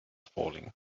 falling